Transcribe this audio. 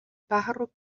pájaro